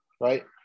right